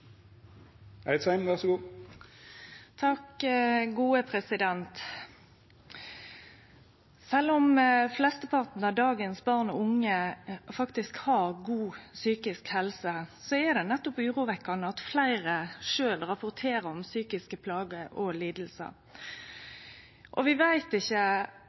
om flesteparten av dagens barn og unge har god psykisk helse, er det urovekkjande at fleire sjølve rapporterer om psykiske plager og lidingar. Vi veit ikkje